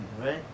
right